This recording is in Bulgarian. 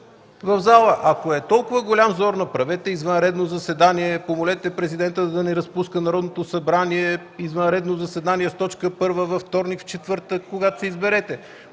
в залата. Ако е толкова голям зор, направете извънредно заседание, помолете Президентът да не разпуска Народното събрание, извънредно заседание с точка първа във вторник, четвъртък, когато си изберете.